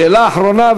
שאלה אחרונה,